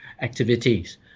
activities